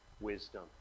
wisdom